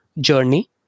journey